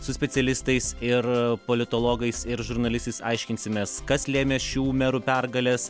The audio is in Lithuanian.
su specialistais ir politologais ir žurnalistais aiškinsimės kas lėmė šių merų pergales